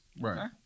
Right